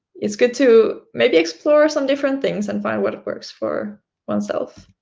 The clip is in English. it's good to maybe explore some different things, and find what works for oneself.